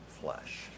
flesh